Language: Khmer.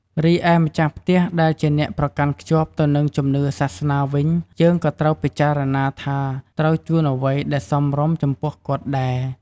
រីឯម្ចាស់ផ្ទះដែលជាអ្នកប្រកាន់ភ្ជាប់ទៅនឹងជំនឿសាសនាវិញយើងក៏ត្រូវពិចារណាថាត្រូវជូនអ្វីដែលសមរម្យចំពោះគាត់ដែរ។